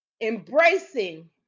embracing